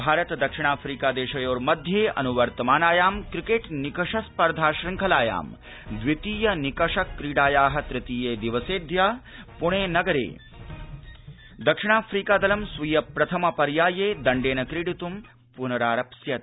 भारत दक्षिणाफ्रीका देशयोर्मध्ये अनुवर्तमानायां क्रिकेट निकष स्पर्धा शङ्खलायां द्वितीय निकष क्रीडायाः त्तीये दिवसेऽद्य पृणे नगरे दक्षिणाफ्रीकादलं स्वीय प्रथमपर्याये दण्डेन क्रीडितं पनरारप्स्यते